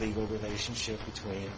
legal relationship between